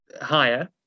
higher